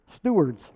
Stewards